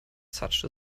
such